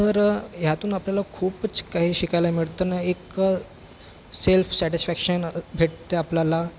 तर ह्यातून आपल्याला खूपच काही शिकायला मिळतं ना एक सेल्फ सॅटिस्फॅक्शन भेटते आपल्याला